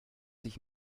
sich